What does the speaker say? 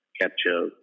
capture